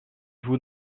vous